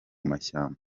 mashyamba